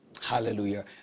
Hallelujah